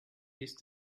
ist